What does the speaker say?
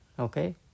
Okay